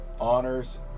honors